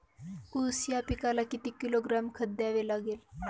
ऊस या पिकाला किती किलोग्रॅम खत द्यावे लागेल?